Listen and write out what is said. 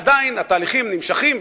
עדיין התהליכים נמשכים,